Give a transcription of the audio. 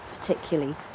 particularly